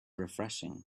refreshing